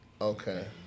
Okay